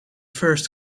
first